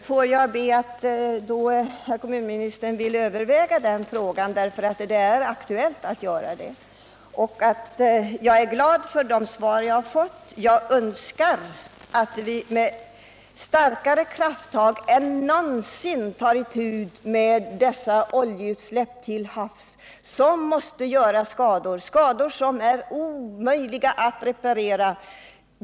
Herr talman! Får jag be att kommunministern då vill överväga den frågan. Det är aktuellt att göra det. Jag är glad för de svar jag har fått. Jag önskar att vi med starkare krafttag än någonsin tar itu med dessa oljeutsläpp till havs vilka medför skador som är omöjliga att reparera.